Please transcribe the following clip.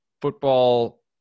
football